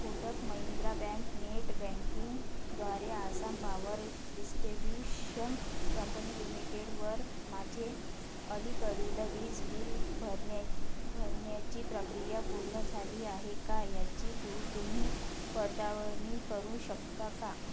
Kotak Mahindra bank net बँकिंगद्वारे Assam power distribution company लिमिटेडवर माझे अलीकडील वीज बिल भरन्या भरण्याची प्रक्रिया पूर्ण झाली आहे का याची पु तुम्ही पडताळणी करू शकता का